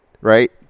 right